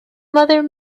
mother